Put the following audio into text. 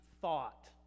thought